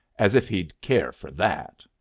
as if he'd care for that.